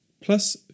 plus